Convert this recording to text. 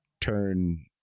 turn